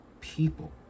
people